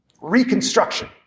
reconstruction